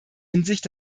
hinsicht